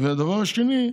ודבר שני,